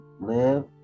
live